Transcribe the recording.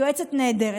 יועצת נהדרת.